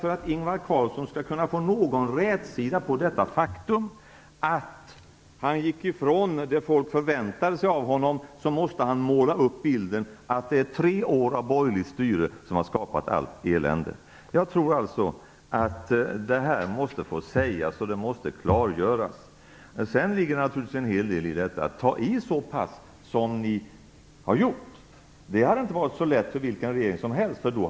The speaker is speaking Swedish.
För att Ingvar Carlsson skulle få någon rätsida på det faktum att han gick ifrån vad folk väntade sig av honom var han tvungen att måla upp en bild av att tre år av borgerligt styre hade skapat allt elände. Sedan ligger det naturligtvis en hel del i att ta i så mycket som Socialdemokraterna har gjort. Det hade inte varit lätt för vilken regering som helst att göra det.